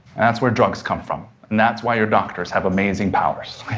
that's where drugs come from, and that's why your doctors have amazing powers.